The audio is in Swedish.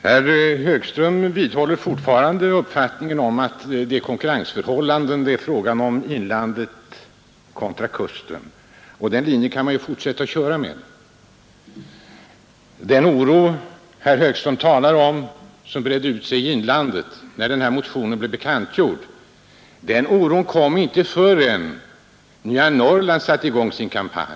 Herr talman! Herr Högström vidhåller fortfarande uppfattningen att det är fråga om konkurrensen mellan inlandet och kusten. Den linjen kan han fortsätta att köra med. Den oro som enligt herr Högström bredde ut sig i inlandet när denna motion blev bekantgjord kom inte förrän Nya Norrland satte i gång sin kampanj.